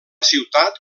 ciutat